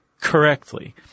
Correctly